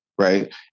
Right